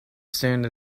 stand